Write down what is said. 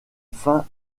fin